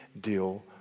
deal